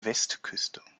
westküste